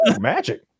magic